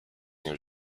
near